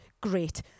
Great